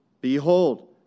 Behold